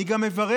אני גם מברך,